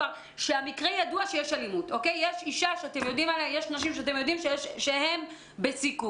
שהמקרה ידוע שיש אלימות יש נשים שאתם יודעים שהן בסיכון,